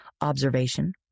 observation